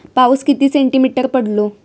पाऊस किती सेंटीमीटर पडलो?